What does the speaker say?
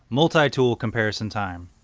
multitool comparison time.